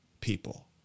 people